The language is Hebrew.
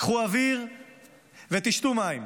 קחו אוויר ותשתו מים,